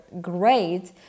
great